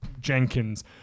Jenkins